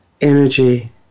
energy